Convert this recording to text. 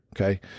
Okay